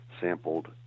sampled